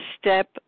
step